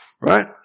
Right